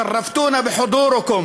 אתם מכבדים אותנו בנוכחותכם.)